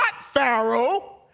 Pharaoh